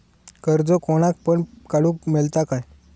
कर्ज कोणाक पण काडूक मेलता काय?